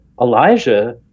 Elijah